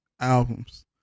albums